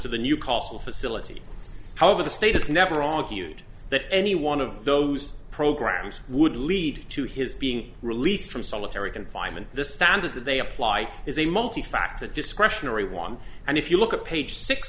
to the new call facility however the state is never all accused that any one of those programs would lead to his being released from solitary confinement the standard that they apply is a multi factor discretionary one and if you look at page six